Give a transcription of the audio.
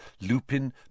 Lupin